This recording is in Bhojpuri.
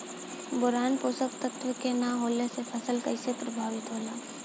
बोरान पोषक तत्व के न होला से फसल कइसे प्रभावित होला?